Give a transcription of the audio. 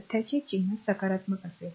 सध्याचे चिन्ह सकारात्मक असेल